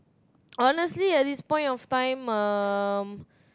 honestly at this point of time um